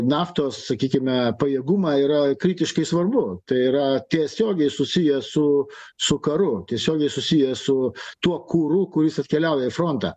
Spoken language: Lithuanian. naftos sakykime pajėgumą yra kritiškai svarbu tai yra tiesiogiai susiję su su karu tiesiogiai susiję su tuo kuru kuris atkeliauja į frontą